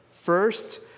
First